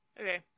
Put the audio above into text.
Okay